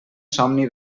somni